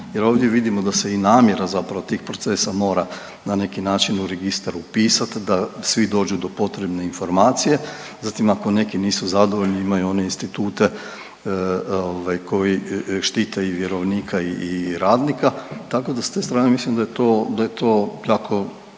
jer ovdje vidimo da se i namjera zapravo tih procesa mora na neki način u registar upisat da svi dođu do potrebne informacije, zatim ako neki nisu zadovoljni imaju one institute ovaj koji štite i vjerovnika i radnika, tako da s te strane mislim da je to, da